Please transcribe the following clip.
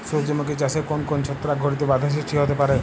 সূর্যমুখী চাষে কোন কোন ছত্রাক ঘটিত বাধা সৃষ্টি হতে পারে?